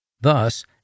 thus